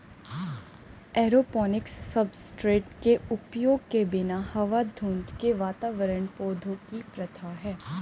aeroponics substrate के उपयोग के बिना हवा धुंध के वातावरण पौधों की प्रथा है